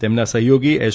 તેમના સહયોગી એસ